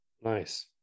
nice